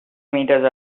meters